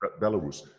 Belarus